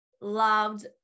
loved